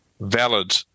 valid